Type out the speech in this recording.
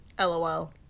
LOL